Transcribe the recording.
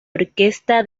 orquesta